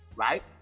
Right